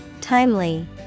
Timely